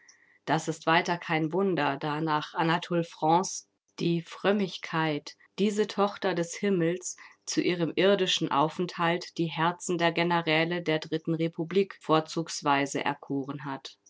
das ist weiter kein wunder da nach anatole france die frömmigkeit diese tochter des himmels zu ihrem irdischen aufenthalt die herzen der generäle der dritten republik vorzugsweise erkoren hat